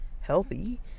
healthy